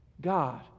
God